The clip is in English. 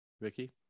Ricky